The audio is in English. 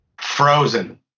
Frozen